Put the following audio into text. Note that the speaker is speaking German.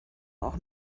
auch